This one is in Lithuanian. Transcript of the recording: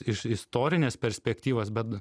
iš istorinės perspektyvos bet